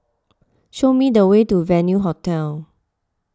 show me the way to Venue Hotel